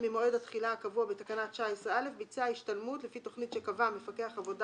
ממועד התחילה הקבוע בתקנה 19(א) ביצע השתלמות לפי תכנית שקבע מפקח עבודה